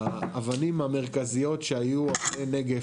האבנים המרכזיות שהיו אבני נגף,